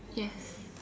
yes